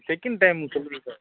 check in time சொல்லுங்கள் sir